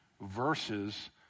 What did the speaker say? verses